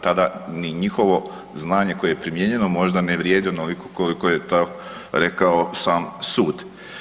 Tada ni njihovo znanje koje je primijenjeno možda ne vrijedi onoliko koliko je to rekao sam sud.